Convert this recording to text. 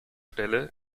stelle